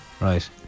right